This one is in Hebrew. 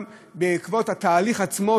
גם בעקבות התהליך עצמו,